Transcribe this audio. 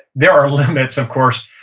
there are limits, of course.